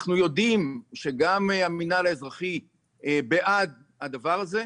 אנחנו יודעים שגם המנהל האזרחי בעד הדבר הזה,